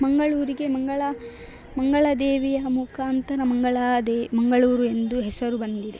ಮಂಗಳೂರಿಗೆ ಮಂಗಳ ಮಂಗಳ ದೇವಿಯ ಮುಖಾಂತರ ಮಂಗಳಾದೇವಿ ಮಂಗಳೂರು ಎಂದು ಹೆಸರು ಬಂದಿದೆ